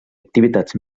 activitats